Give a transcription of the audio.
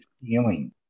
feeling